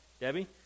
Debbie